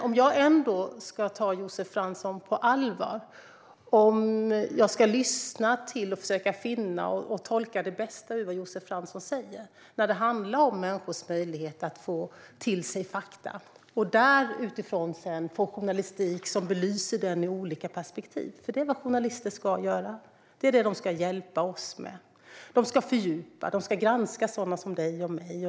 Om jag ändå ska ta Josef Fransson på allvar och lyssna och försöka finna och tolka det bästa ur vad Josef Fransson säger så handlar det om människors möjlighet att få till sig fakta och utifrån detta få journalistik som belyser fakta ur olika perspektiv, för det är ju vad journalister ska göra. Det är det som de ska hjälpa oss med. De ska fördjupa, och de ska granska sådana som Josef Fransson och mig.